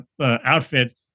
outfit